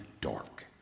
dark